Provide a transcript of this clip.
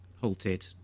halted